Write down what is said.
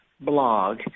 blog